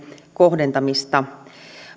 kohdentamista